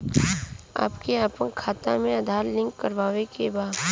हमके अपना खाता में आधार लिंक करावे के बा?